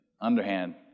underhand